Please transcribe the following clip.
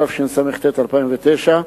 התשס"ט 2009,